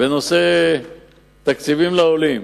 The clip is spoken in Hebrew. בנושא תקציבים לעולים.